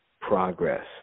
progress